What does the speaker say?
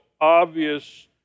obvious